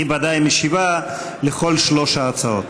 היא כמובן משיבה על כל שלוש ההצעות.